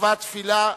מצוות תפילה,